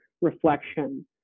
reflection